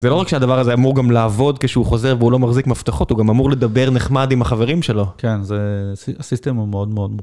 ולא רק שהדבר הזה אמור גם לעבוד כשהוא חוזר והוא לא מחזיק מפתחות, הוא גם אמור לדבר נחמד עם החברים שלו. כן, זה הסיסטם הוא מאוד מאוד...